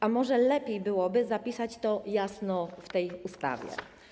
A może lepiej byłoby zapisać to jasno w tej ustawie?